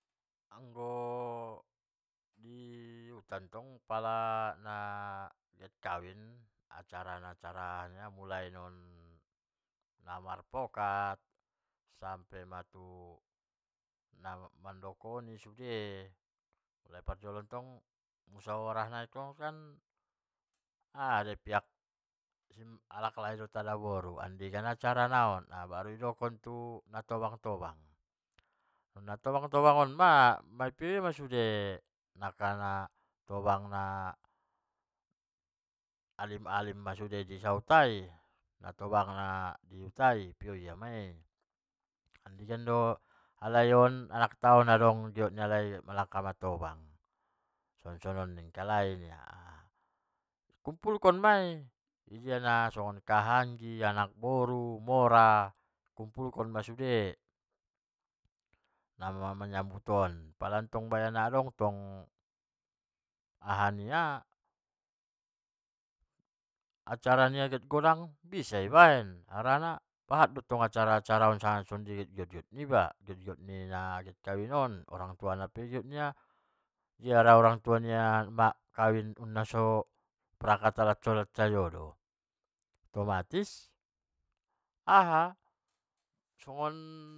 Sogonima paling kotu mangan dohot dongan-dongan i, sorenai mattong dohot kotu borngin nai paling aha naadong di lopo i, ceplok telor pe jadi do, asal ma butong, naporlu tabo-tabo asal butong ido napenting ilala, dari pada masuk angin. apalgi iba sada-ada iba nda dong dongan. marun iba inda dong paturena be. apalgi tong sada iba di bagas do. ulangmate e. pentingmanan do apenting di iba.